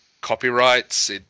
copyrights